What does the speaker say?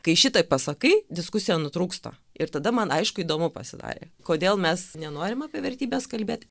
kai šitai pasakai diskusija nutrūksta ir tada man aišku įdomu pasidarė kodėl mes nenorim apie vertybes kalbėt